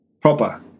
proper